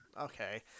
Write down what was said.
Okay